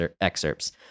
excerpts